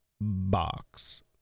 box